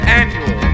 annual